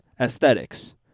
aesthetics